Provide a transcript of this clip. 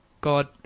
God